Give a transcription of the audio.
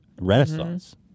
renaissance